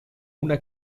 una